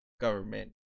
government